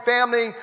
Family